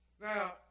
Now